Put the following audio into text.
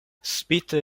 spite